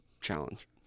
challenge